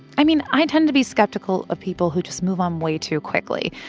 i mean, i tend to be skeptical of people who just move on way too quickly.